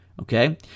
Okay